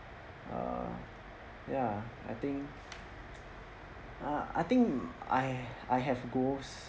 err ya I think uh I think I I have goals